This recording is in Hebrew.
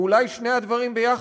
או אולי שני הדברים ביחד.